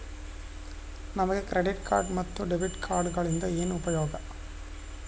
ನಮಗೆ credit card ಮತ್ತು debit ಕಾರ್ಡುಗಳಿಂದ ಏನು ಉಪಯೋಗ?